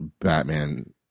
Batman